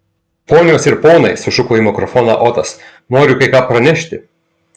ponios ir ponai sušuko į mikrofoną otas noriu kai ką pranešti